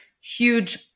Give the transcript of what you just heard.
huge